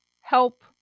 help